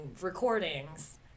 recordings